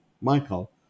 Michael